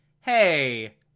hey